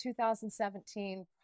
2017